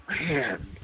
Man